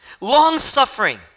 long-suffering